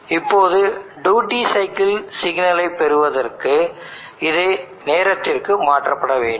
இப்போது duty cycle சிக்னலை பெறுவதற்குஇது நேரத்திற்கு மாற்றப்பட வேண்டும்